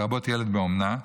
לרבות ילד באומנה,